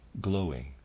glowing